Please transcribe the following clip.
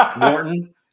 Morton